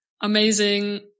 amazing